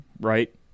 right